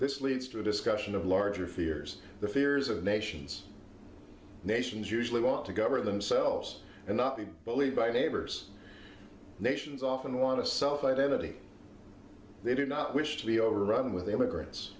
this leads to a discussion of larger fears the fears of nations nations usually want to govern themselves and not be bullied by neighbors nations often want to self identity they do not wish to be overrun with immigrants